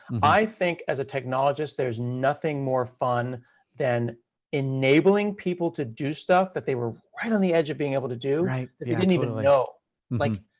i think as a technologist, there's nothing more fun than enabling people to do stuff that they were right on the edge of being able to do that they didn't even know. like,